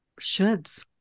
shoulds